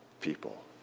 people